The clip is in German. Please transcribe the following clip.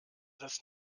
das